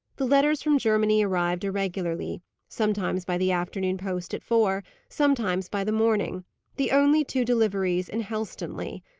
the letters from germany arrived irregularly sometimes by the afternoon post at four, sometimes by the morning the only two deliveries in helstonleigh.